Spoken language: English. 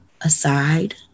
aside